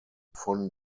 von